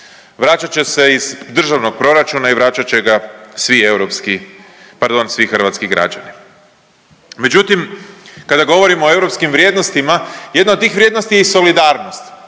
Vraćat će se iz državnog proračuna i vračat će ga svi europski, pardon svi hrvatski građani. Međutim, kada govorimo o europskim vrijednostima jedna od tih vrijednosti je i solidarnost,